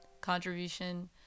contribution